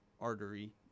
artery